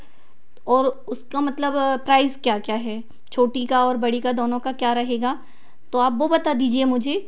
और उसका मतलब प्राइस क्या क्या है छोटी का और बड़ी का दोनों का क्या रहेगा तो आप वह बता दीजिए मुझे